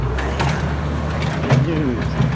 i yeah you know i have this news,